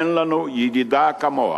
אין לנו ידידה כמוה,